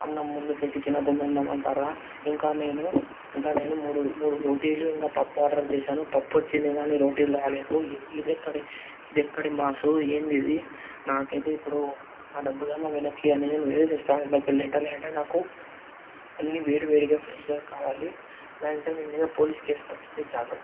అన్నం ముందు పెట్టి తినకుండా ఉండమంటారా ఇంకా నేను ఇంకా నేను మూడు మూడు రోటీలు ఇంకా పప్పు ఆర్డర్ చేసాను పప్పు వచ్చింది కానీ రోటీలు రాలేదు ఇదెక్కడి ఇదెక్కడి మాసు ఏందీ ఇది నాకు అయితే ఇప్పుడు నా డబ్బులన్నా వెనక్కి ఇవ్వండి నేను వేరే రెస్టారెంట్లో వెళ్ళి తింటా లేదంటే నాకు అన్నీ వేడి వేడిగా ఫ్రెష్గా కావాలి లేదంటే మీ మీద పోలీస్ కేస్ పడుతుంది జాగ్రత్త